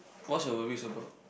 what's your worries about